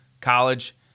college